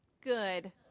Good